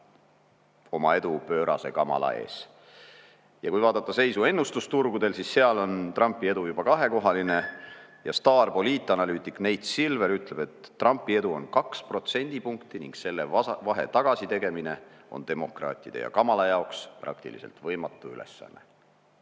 oma edu pöörase Kamala ees. Kui vaadata seisu ennustusturgudel, siis seal on Trumpi edu juba kahekohaline. Staarpoliitanalüütik Nate Silver ütleb, et Trumpi edu on 2 protsendipunkti ning selle vahe tagasi tegemine on demokraatide ja Kamala jaoks praktiliselt võimatu ülesanne.